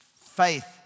Faith